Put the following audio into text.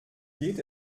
geht